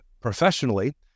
professionally